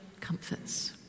comforts